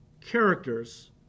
characters